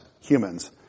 humans